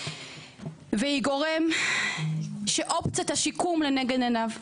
והיא גורם שאופציית השיקום לנגד עיניו,